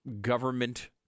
government